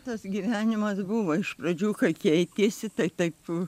tas gyvenimas buvo iš pradžių kai keitėsi tai taip